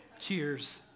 Cheers